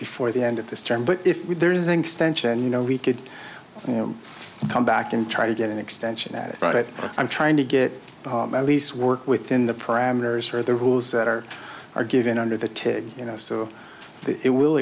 before the end of this term but if there is an extension you know we could come back and try to get an extension that right now i'm trying to get at least work within the parameters for the rules that are are given under the to you know so it will